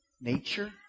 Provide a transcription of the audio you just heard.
nature